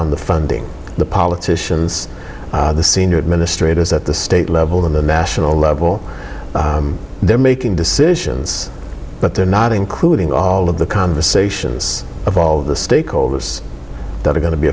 on the funding the politicians the senior administrators at the state level the national level they're making decisions but they're not including all of the conversations of all of the stakeholders that are going to be